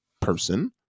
person